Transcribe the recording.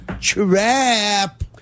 trap